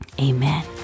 Amen